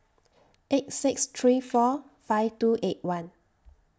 eight six three four five two eight one